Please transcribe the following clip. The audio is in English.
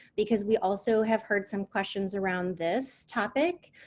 because we also have heard some questions around this topic.